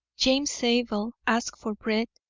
james zabel ask for bread!